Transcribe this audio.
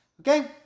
Okay